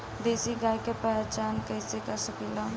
देशी गाय के पहचान कइसे कर सकीला?